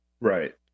Right